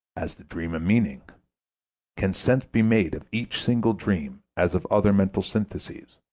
has the dream a meaning can sense be made of each single dream as of other mental syntheses?